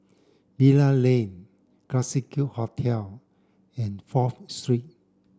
Bilal Lane Classique Hotel and Fourth Street